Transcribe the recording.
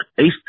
East